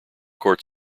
court